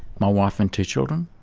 my wife and two children,